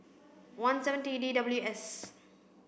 one seven D T W S